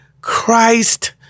Christ